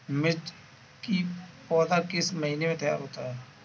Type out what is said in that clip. मिर्च की पौधा किस महीने में तैयार होता है?